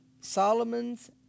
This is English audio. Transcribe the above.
Solomon's